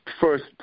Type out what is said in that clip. first